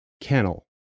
kennel